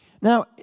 Now